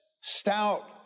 stout